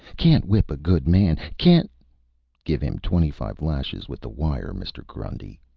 can't whip a good man! can't give him twenty-five lashes with the wire, mr. grundy,